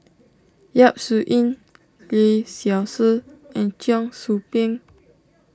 Yap Su Yin Lee Seow Ser and Cheong Soo Pieng